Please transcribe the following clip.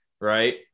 Right